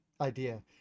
idea